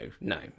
no